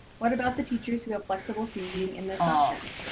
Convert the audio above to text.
what about the teachers who have flexible seating in their classrooms?